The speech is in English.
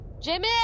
Jimmy